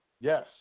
Yes